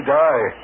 die